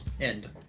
End